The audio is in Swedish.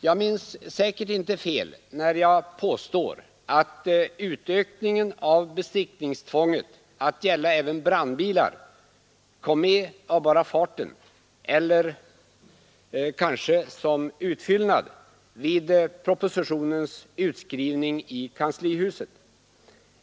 Jag minns säkert inte fel när jag påstår att utökningen av besiktningstvånget till att gälla även brandbilar kom med av bara farten eller kanske som utfyllnad vi propositionens utskrivning i kanslihuset.